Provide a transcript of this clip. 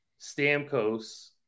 Stamkos